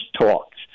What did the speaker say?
talks